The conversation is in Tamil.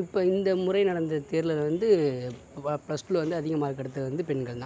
இப்போ இந்த முறை நடந்த தேர்தலை வந்து ஃபஸ்ட்டில் வந்து அதிக மார்க் எடுத்தது வந்து பெண்கள் தான்